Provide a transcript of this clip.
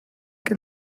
que